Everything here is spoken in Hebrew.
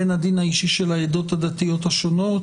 בין הדין האישי של העדות הדתיות השונות,